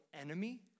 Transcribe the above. enemy